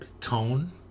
tone